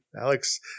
Alex